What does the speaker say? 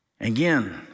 Again